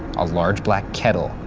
a large black kettle,